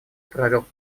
правил